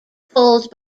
pulled